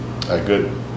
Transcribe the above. good